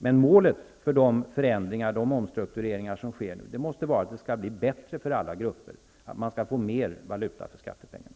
Men målet för de förändringar och de omstruktureringar som nu sker måste vara att det skall bli bättre för alla grupper och att man skall få mer valuta för skattepengarna.